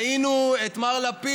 כהן, זו פעם אחרונה שאני מעיר לך.